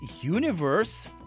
Universe